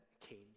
came